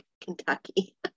Kentucky